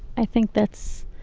i think that's,